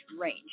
range